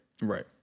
Right